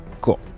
Cool